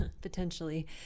potentially